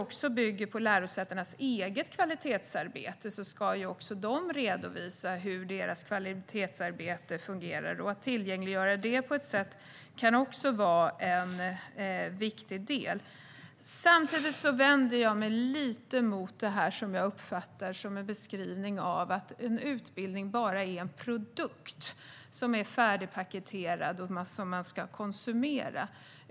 Eftersom de bygger på lärosätenas eget kvalitetsarbete ska även de redovisa hur detta fungerar. Att tillgängliggöra det kan vara en viktig del. Samtidigt vänder jag mig lite mot beskrivningen, som jag uppfattar det, att en utbildning bara är en färdigpaketerad produkt som ska konsumeras.